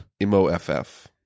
M-O-F-F